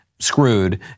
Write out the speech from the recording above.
screwed